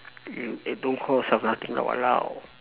you eh don't call yourself nothing ah !walao!